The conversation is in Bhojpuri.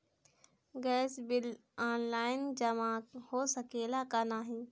गैस बिल ऑनलाइन जमा हो सकेला का नाहीं?